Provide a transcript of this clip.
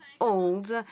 old